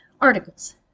Articles